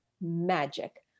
magic